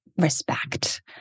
respect